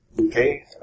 Okay